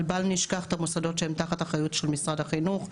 אבל בל נשכח את המוסדות שהם תחת אחריות של משרד החינוך,